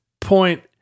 point